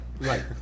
Right